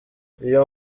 iyo